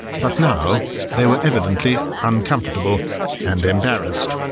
but now they were evidently uncomfortable and embarrassed.